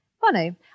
Funny